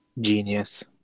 Genius